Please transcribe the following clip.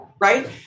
Right